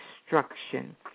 destruction